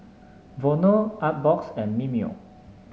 Vono Artbox and Mimeo